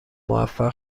موفق